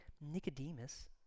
Nicodemus